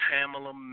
Pamela